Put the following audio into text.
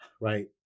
right